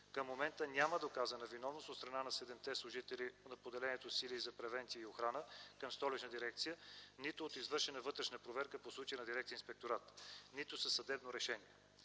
Към момента няма доказана виновност от страна на седемте служители на поделението „Сили за превенция и охрана” към Столична дирекция – нито от извършена вътрешна проверка по случая на Дирекция „Инспекторат”, нито със съдебно решение.